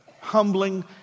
humbling